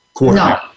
No